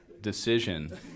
decision